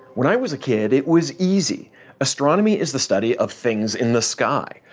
when i was a kid, it was easy astronomy is the study of things in the sky.